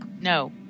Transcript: no